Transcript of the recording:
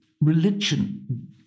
Religion